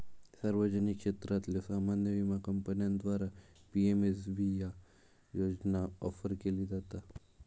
सार्वजनिक क्षेत्रातल्यो सामान्य विमा कंपन्यांद्वारा पी.एम.एस.बी योजना ऑफर केली जाता